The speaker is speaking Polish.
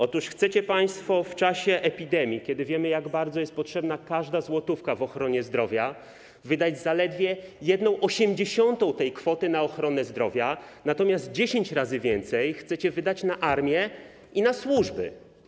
Otóż chcecie państwo w czasie epidemii, kiedy wiemy, jak bardzo jest potrzebna każda złotówka w ochronie zdrowia, wydać zaledwie 1/80 tej kwoty na ochronę zdrowia, natomiast 10 razy więcej chcecie wydać na armię i na służby.